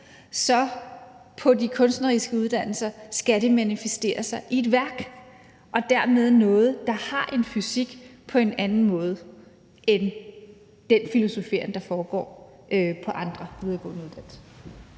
På de kunstneriske uddannelser skal det manifestere sig i et værk og dermed i noget, der har en fysik på en anden måde end den filosoferen, der foregår på andre videregående uddannelser.